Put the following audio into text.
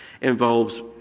involves